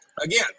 Again